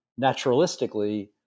naturalistically